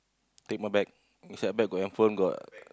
take my bag inside your bag got your phone got